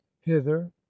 hither